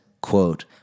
quote